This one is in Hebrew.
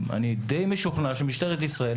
אני די משוכנע שמשטרת ישראל,